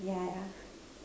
yeah yeah